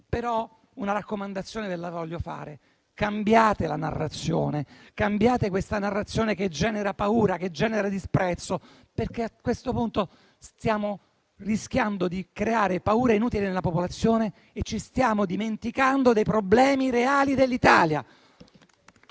Però una raccomandazione ve la voglio fare: cambiate la narrazione che genera paura e disprezzo, perché a questo punto stiamo rischiando di creare paure inutili nella popolazione e ci stiamo dimenticando dei problemi reali dell'Italia.